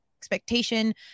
expectation